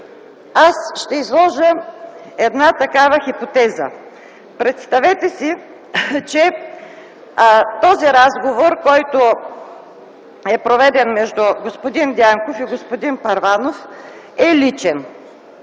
Аз ще изложа една такава хипотеза. Представете си, че този разговор, който е проведен между господин Дянков и господин Първанов, е личен.